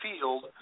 field